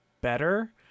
better